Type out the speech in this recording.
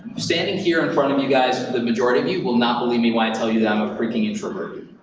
standing here in front of you guys, the majority of and you will not believe me when i tell you that i'm a freaking introvert.